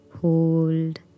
Hold